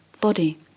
body